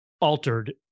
altered